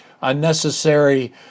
unnecessary